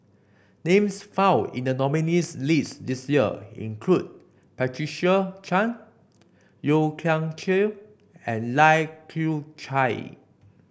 names found in the nominees' list this year include Patricia Chan Yeo Kian Chye and Lai Kew Chai